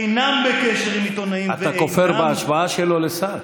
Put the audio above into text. אינם בקשר עם עיתונאים, אתה כופר בהשבעה שלו כשר?